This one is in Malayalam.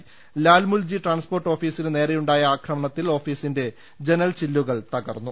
്ലാൽമുൽജി ട്രാൻസ്പോർട്ട് ഓഫീസിന് നേരെയുണ്ടായ ആക്രമണത്തിൽ ഓഫീസ്ിന്റെ ജനൽ ചില്ലുകൾ തകർന്നു